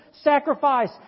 sacrifice